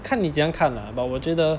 看你怎样看啦 but 我觉得